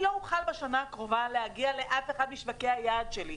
ובשנה הקרובה לא אוכל להגיע לאף אחד משווקי היעד שלי.